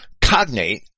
cognate